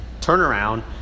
turnaround